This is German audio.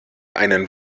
einen